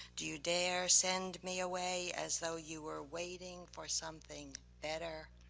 do you dare send me away as though you were waiting for something better.